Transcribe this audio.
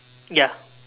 ya